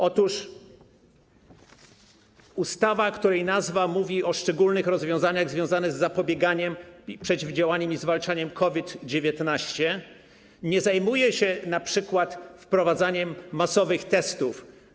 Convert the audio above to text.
Otóż ustawa, której nazwa mówi o szczególnych rozwiązaniach związanych z zapobieganiem, przeciwdziałaniem i zwalczaniem COVID-19, nie zajmuje się np. przeprowadzaniem masowych testów.